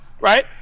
right